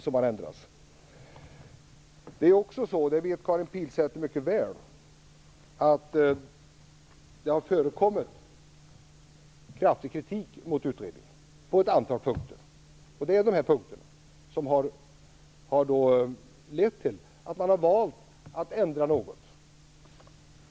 Det är också så - och det vet Karin Pilsäter mycket väl - att det har förekommit kraftig kritik mot utredningen på ett antal punkter. Det har då lett till att man har valt att ändra något.